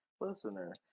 listener